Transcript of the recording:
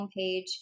homepage